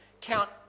Count